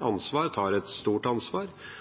ansvar, at de tar et stort ansvar.